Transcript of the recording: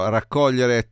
raccogliere